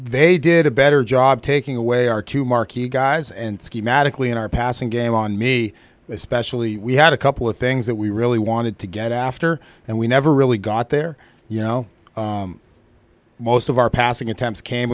they did a better job taking away our two marquee guys and schematically in our passing game on me especially we had a couple of things that we really wanted to get after and we never really got there you know most of our passing attempts came